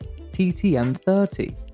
TTM30